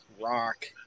Rock